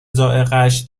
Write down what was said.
ذائقهاش